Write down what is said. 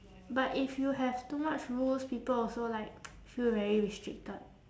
but if you have too much rules people also like feel very restricted